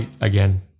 again